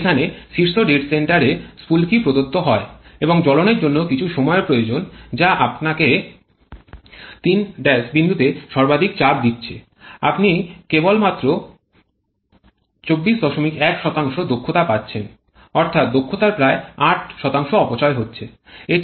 যেখানে শীর্ষ dead centre এ ফুলকি প্রদত্ত হয় এবং জ্বলনের জন্য কিছু সময়ের প্রয়োজন যা আপনাকে ৩' বিন্দুতে সর্বাধিক চাপ দিচ্ছে আপনিই কেবলমাত্র ২৪১ দক্ষতা পাচ্ছেন অর্থাৎ দক্ষতার প্রায় ৮ অপচয় হচ্ছে